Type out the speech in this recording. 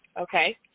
Okay